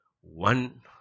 one